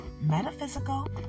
Metaphysical